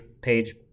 page